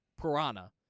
piranha